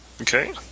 Okay